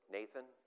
Nathan